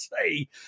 say